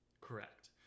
correct